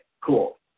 cool